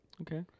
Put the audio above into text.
Okay